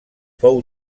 fou